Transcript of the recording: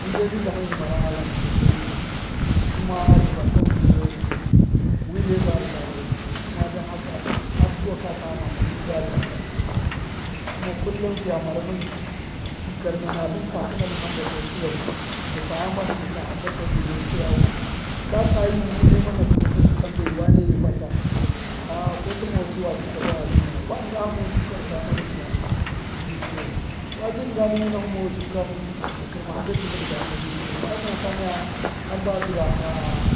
Mi dai mitlama mi mara ghama tlṫn ndo witai kuma dṫ vṫrka wutlṫmiya yo nitlṫn wi lye ba dṫ gagare tlṫn moyo kuma dan haka har buwakata ghamama wi badṫ ra kalpṫ tlṫn moyu kuma kullum garna natlṫn ta kṫnatlṫn hamba tai tsṫwai dapa ghama tlṫn dṫ ta hamba tau dṫ ghantsayau ka tsa yu wṫ mema nakṫnu ka dṫ tambe wane yikwa cha a ko tṫma wachu wa tṫka zda na bṫ naya kwa dṫnga hama wachu ka dṫ pa ghama tlṫn dṫ dṫnga nu wi nahu ji ma wachu ka ni dṫ kṫrma hamba tṫvu dṫ ba tlṫn di ji kire hu ai muna ta naya hamba dṫ ra ha